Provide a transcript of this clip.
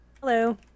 Hello